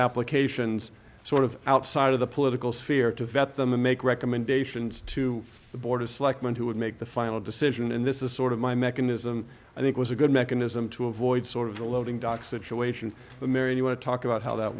applications sort of outside of the political sphere to vet them and make recommendations to the board of selectmen who would make the final decision and this is sort of my mechanism i think was a good mechanism to avoid sort of a loading dock situation mary you want to talk about how that